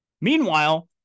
Meanwhile